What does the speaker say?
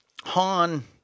Han